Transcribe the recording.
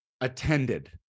attended